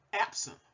absent